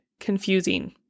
confusing